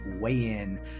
weigh-in